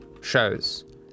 shows